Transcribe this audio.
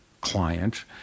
client